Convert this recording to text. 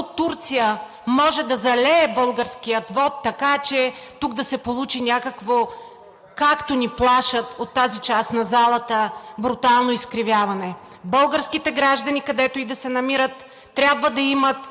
Турция може да залее българския вот, така че тук да се получи някакво, както ни плашат от тази част на залата, брутално изкривяване. Българските граждани, където и да се намират, трябва да имат